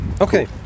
Okay